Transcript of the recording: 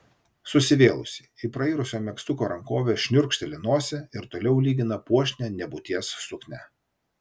susivėlusi į prairusio megztuko rankovę šniurkšteli nosį ir toliau lygina puošnią nebūties suknią